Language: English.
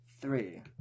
three